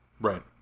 Right